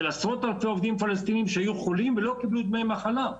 של עשרות אלפי עובדים פלסטינים שהיו חולים ולא קיבלו דמי מחלה.